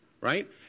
right